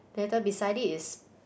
later beside it is